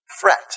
fret